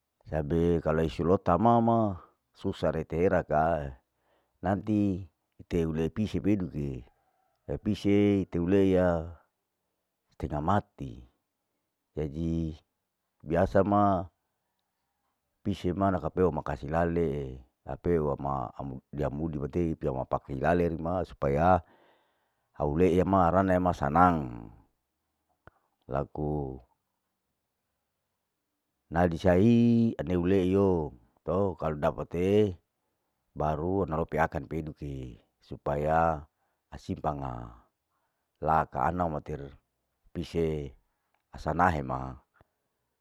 Tapi laku isi lota mama susa rete era rakaai, nanti tehule pise peduke, epise tehu leia stenga mati, jadi biasa ma pisio lakapeo lakasi lale'e kapei ama amu lia mudi matei tia ma pake hilale hima supaya au leeiyama riya ma sanang, laku nadi sai au neileio, to kalu dapate, baru ana lope ni akame peduke, supaya sibanga laaka anau matir pisie sanahe ma.